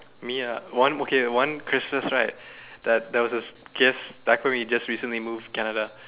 me ah one okay one Christmas right there there was this gifts back when we just recently moved to Canada